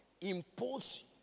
impose